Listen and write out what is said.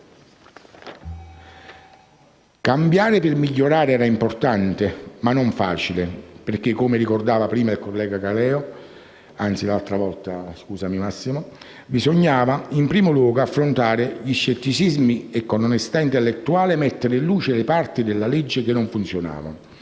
Cambiare per migliorare era importante, ma non facile, perché, come ricordava il collega Caleo, bisognava in primo luogo affrontare gli scetticismi e con onestà intellettuale mettere in luce le parti della legge che non funzionavano.